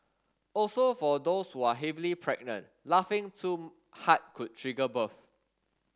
also for those who are heavily pregnant laughing too hard could trigger birth